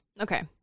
Okay